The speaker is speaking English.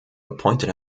appointed